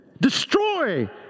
Destroy